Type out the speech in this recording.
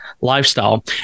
lifestyle